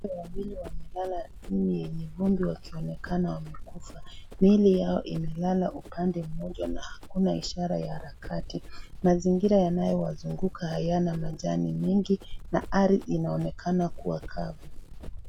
Watu Wawili wamelala ikionekana kuwa wamekufa mwili yao imelala upande moja na hakuna ishara ya harakati mazingira inayowazunguka inaonekana ina majani mingi na ardhi inaonekana kuwa kavu.